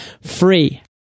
free